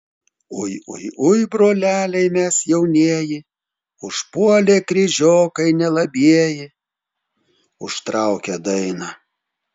ui ui ui broleliai mes jaunieji užpuolė kryžiokai nelabieji užtraukė dainą